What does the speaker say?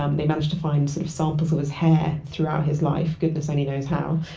um they managed to find sort of samples of his hair throughout his life. goodness only knows how,